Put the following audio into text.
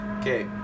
Okay